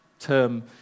term